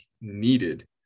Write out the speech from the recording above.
needed